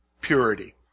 Purity